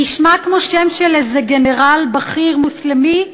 זה נשמע כמו שם של איזה גנרל מוסלמי בכיר,